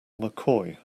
mccoy